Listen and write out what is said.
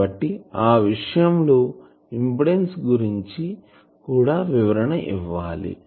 కాబట్టి ఆ సమయం లోఇంపిడెన్సు గురించి కూడా వివరణ ఇవ్వాలి